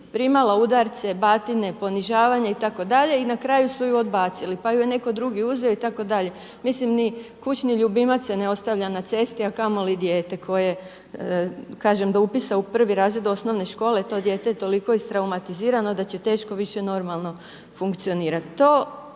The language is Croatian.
primala udarce, batine, ponižavanje itd., i na kraju su je odbacili pa ju je netko drugi uzeo itd. Mislim ni kućni ljubimac se ne ostavlja na cesti a kamoli dijete koje kažem do upisa u 1. razred osnovne škole, to dijete je toliko istraumatizirano da će teško više normalno funkcionirat.